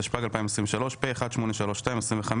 התשפ"ג-2023 (פ/1832/25),